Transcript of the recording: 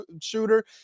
shooter